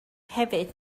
hefyd